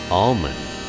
almond